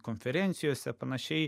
konferencijose panašiai